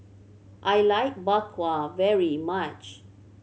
I like Bak Kwa very much